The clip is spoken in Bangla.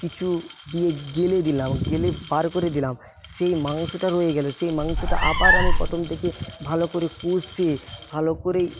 কিছু দিয়ে গেলে দিলাম গেলে বার করে দিলাম সেই মাংসটা রয়ে গেল সেই মাংসটা আবার আমি প্রথম থেকে ভালো করে কষে ভালো করে